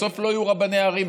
בסוף לא יהיו רבני ערים.